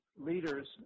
leaders